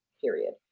period